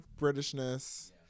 Britishness